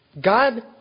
God